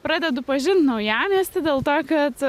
pradedu pažint naujamiestį dėl to kad